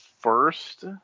first